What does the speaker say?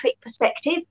perspective